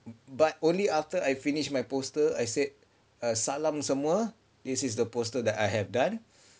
but only after I finished my poster I said err salam semua this is the poster that I have done